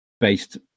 based